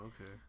Okay